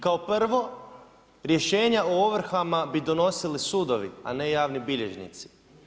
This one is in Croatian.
Kao prvo, rješenja o ovrhama bi donosili sudovi, a ne javni bilježnici.